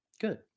Good